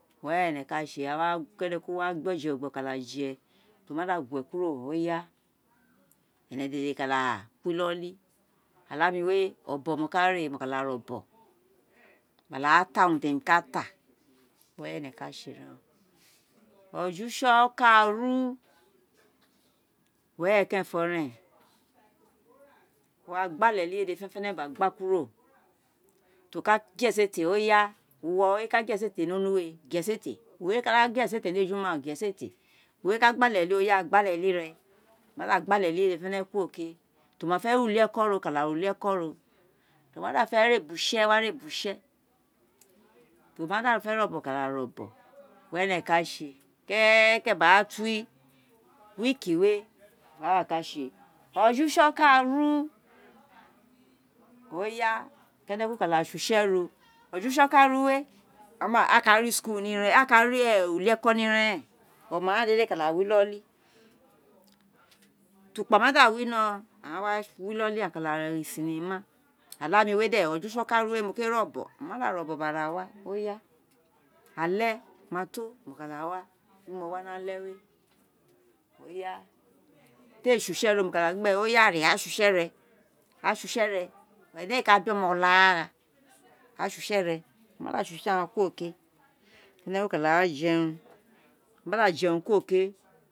We̱re̱ e̱ne̱ ka se̱ kenekun wa gbe oje gbe o ka da je, o ma da gue kuro ene dede ka da kuri inoli olaami o̱bo̱n mo ka re, mo ka da ré o̱bo̱n, mo ka ra ta urum ti emi kata, we̱re̱ e̱ne̱ ka se̱ o̱jo̱ use̱ kaaru we̱re̱ kerefo re̱n wa gba ale uli wé dede fenefe̱ne̱ gba gba á kuro ti o ka gue̱ esete uwo owun ré ka gue ésé fe ni onuwe gue e̱se̱te ni ejuma gue e̱sete, uwo owun re ka gba ale uli, gba ale uli re, o ma da gba ale uli wé dede fenefene kuro ke ti o mafe re uli eeko ro kada re uli eko o mada fe ré ubusé ka da ré buse̱ ti o ma da fe̱ ré o̱bo̱n kada re̱ obon we̱re̱ e̱ne̱ ka sé ke̱ke̱ke̱ gba rato week we̱, we̱re̱ aghan ka se̱ ojo̱ use̱ kaaru ke̱ne kun kada sé use̱ ro o̱jo̱ use̱ kaaru wé wo ma aà ka ré school ni ira e̱re̱n aka ré uli-e̱ko̱ ni ira eren, ona dede kada wi inoli, utukpa ma da wino, aghan wa wi inoli, a ka da gho egho cinema o̱laami wé de̱ o̱jo̱ use̱ kaaru we̱ mo kpé ré obo̱n mo ma da ré obon gbe da wa, ale ma to mo ka da wa ni ale̱ wé di é sé use̱ wé mo ka da gih réra sé use̱ re, ra sé use̱ re̱, e̱ne̱ éè a da oma o̱laagha, ra se̱ use̱ re di ghan se̱ use̱ ghan kuro e̱ne̱ ka da jerun e̱ne̱ ma da jerun kuro ke